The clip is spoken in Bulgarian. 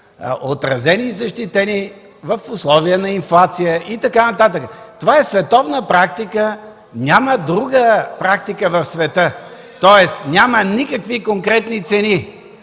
отразени и защитени в условия на инфлация и така нататък. Това е световна практика, няма друга практика в света. Тоест няма никакви конкретни цени,